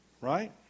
right